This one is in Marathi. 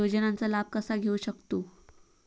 योजनांचा लाभ कसा घेऊ शकतू?